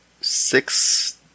six